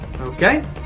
okay